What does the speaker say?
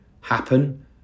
happen